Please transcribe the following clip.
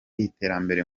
iterambere